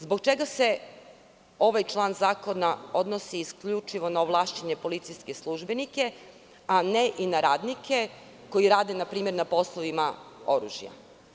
Zbog čega se ovaj član zakona odnosi isključivo na ovlašćene policijske službenika, a ne i na radnike koji rade, na primer, na poslovima oružja?